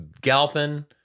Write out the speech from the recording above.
Galpin